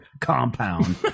compound